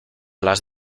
las